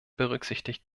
berücksichtigt